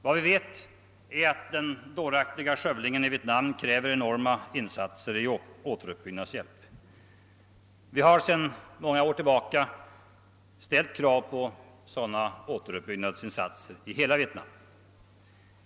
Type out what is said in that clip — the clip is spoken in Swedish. Vad vi vet är att den dåraktiga skövlingen i Vietnam kräver enorma insatser för återuppbyggnadshjälp. Folkpartiet har sedan många år ställt krav på sådana återuppbyggnadsinsatser i hela Vietnam.